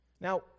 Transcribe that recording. Now